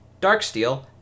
Darksteel